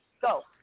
go